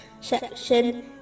section